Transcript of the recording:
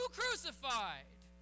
crucified